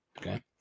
Okay